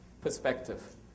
perspective